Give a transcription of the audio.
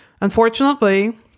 Unfortunately